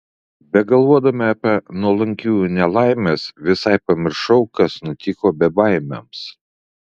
begalvodama apie nuolankiųjų nelaimes visai pamiršau kas nutiko bebaimiams